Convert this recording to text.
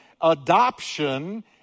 adoption